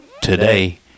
today